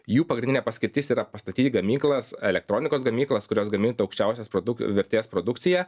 jų pagrindinė paskirtis yra pastaty gamyklas elektronikos gamyklas kurios gamintų aukščiausios produk vertės produkciją